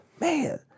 man